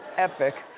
epic.